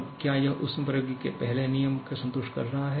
अब क्या यह ऊष्मप्रवैगिकी के पहले नियम को संतुष्ट कर रहा है